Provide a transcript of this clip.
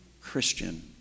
Christian